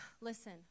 Listen